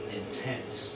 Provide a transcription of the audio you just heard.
intense